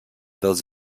dels